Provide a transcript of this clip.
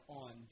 on